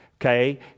okay